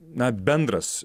na bendras